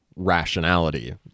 rationality